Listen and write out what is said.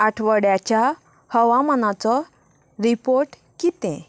आठवड्याच्या हवामानाचो रिपोर्ट कितें